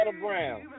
Brown